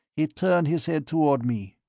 he turned his head toward me.